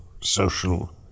social